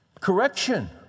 correction